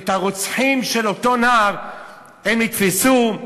את הרוצחים של אותו נער הם יתפסו,